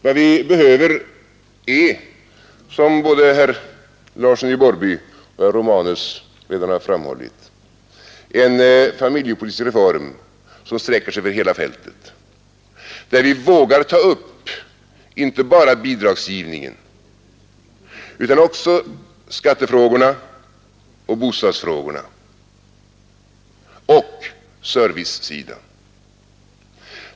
Vad vi behöver är, som både herr Larsson i Borrby och herr Romanus redan framhållit, en familjepolitisk reform som sträcker sig över hela fältet och där vi vågar ta upp inte bara bidragsgivningen utan också skattefrågorna, bostadsfrågan och servicesidan.